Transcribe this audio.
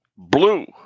Blue